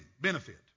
benefit